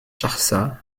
charsat